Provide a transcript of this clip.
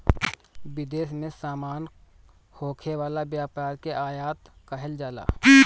विदेश में सामान होखे वाला व्यापार के आयात कहल जाला